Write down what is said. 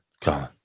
Colin